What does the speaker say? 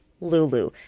Lulu